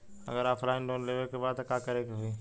अगर offline loan लेवे के बा त का करे के होयी?